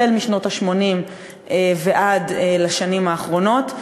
משנות ה-80 ועד לשנים האחרונות,